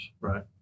Right